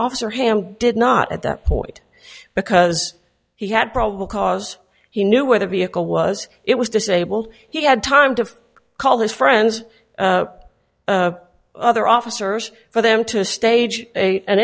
officer hand did not at that point because he had probable cause he knew where the vehicle was it was disabled he had time to call his friends other officers for them to stage a an